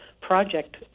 project